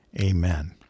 Amen